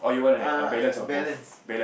ah balance